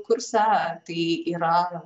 kursą tai yra